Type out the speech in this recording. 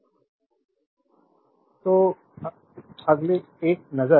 संदर्भ slide time 1835 तो अगले एक नज़र